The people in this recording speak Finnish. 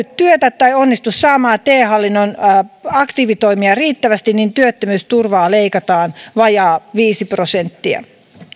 työtä tai onnistu saamaan te hallinnon aktiivitoimia riittävästi niin työttömyysturvaa leikataan vajaa viisi prosenttia